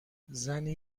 زنی